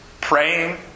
praying